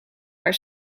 haar